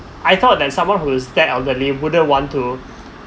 I thought there's someone who's that elderly wouldn't want to